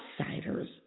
outsiders